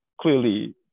clearly